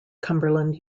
cumberland